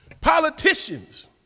Politicians